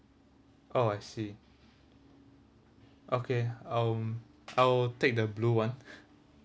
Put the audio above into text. orh I see okay um I will take the blue [one]